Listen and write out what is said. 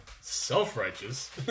Self-righteous